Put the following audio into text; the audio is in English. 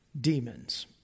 demons